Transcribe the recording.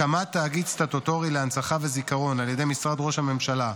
הקמת תאגיד סטטוטורי להנצחה וזיכרון על ידי משרד ראש הממשלה,